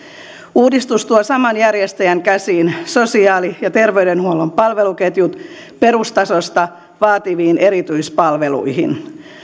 uudistus tuo saman järjestäjän käsiin sosiaali ja terveydenhuollon palveluketjut perustasosta vaativiin erityispalveluihin